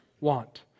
want